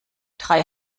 drei